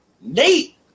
Nate